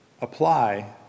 apply